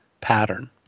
pattern